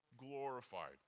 glorified